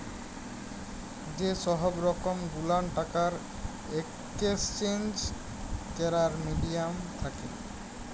যে সহব রকম গুলান টাকার একেসচেঞ্জ ক্যরার মিডিয়াম থ্যাকে